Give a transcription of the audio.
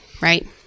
right